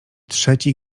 trzeci